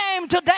today